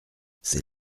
c’est